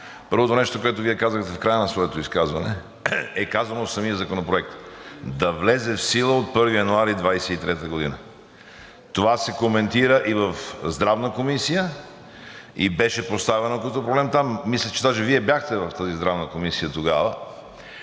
Първото нещо, което Вие казахте в края на своето изказване, е казано в самия законопроект – да влезе в сила от 1 януари 2023 г. Това се коментира и в Здравната комисия – беше поставено като проблем там. Мисля, че даже Вие бяхте на заседанието на Здравната комисия тогава.